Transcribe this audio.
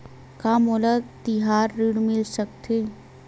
का मोला तिहार ऋण मिल सकथे?